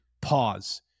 pause